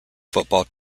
football